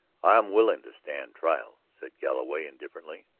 i am willing to stand trial, said galloway indifferently.